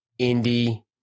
indie